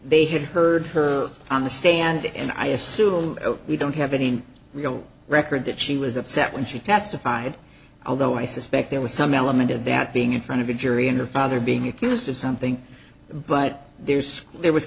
they have heard her on the stand and i assume we don't have any real record that she was upset when she testified although i suspect there was some element of that being in front of the jury and her father being accused of something but there's school there was